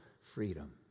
freedom